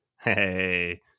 Hey